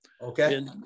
okay